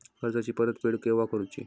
कर्जाची परत फेड केव्हा करुची?